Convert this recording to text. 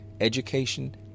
education